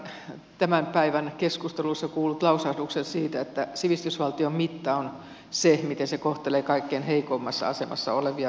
minä olen ainakin kerran tämän päivän keskusteluissa kuullut lausahduksen siitä että sivistysvaltion mitta on se miten se kohtelee kaikkein heikoimmassa asemassa olevia kansalaisiansa